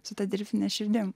su ta dirbtine širdim